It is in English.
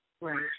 Right